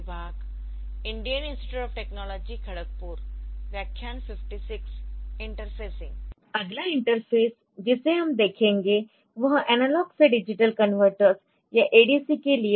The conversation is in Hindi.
अगला इंटरफ़ेस जिसे हम देखेंगे वह एनालॉग से डिजिटल कन्वर्टर्स या एडीसी के लिए है